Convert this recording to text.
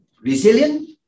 resilient